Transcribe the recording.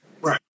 Right